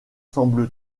semble